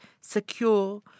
secure